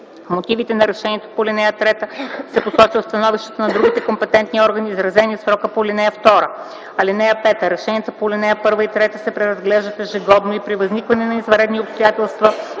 мотивите на решението по ал. 3 се посочват становищата на другите компетентни органи, изразени в срока по ал. 2. (5) Решенията по ал. 1 и 3 се преразглеждат ежегодно или при възникване на извънредни обстоятелства,